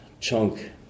chunk